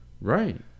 Right